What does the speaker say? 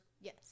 Yes